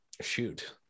shoot